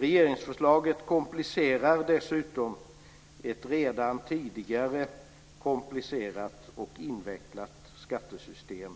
Dessutom komplicerar regeringsförslaget ett redan tidigare komplicerat och invecklat skattesystem.